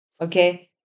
Okay